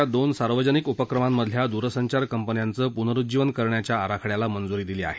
या दोन सार्वजनिक उपक्रमातल्या दूरसंचार कंपन्यांचं पुनरुज्जीवन करण्याच्या आराखड्याला मंजुरी दिली आहे